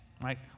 right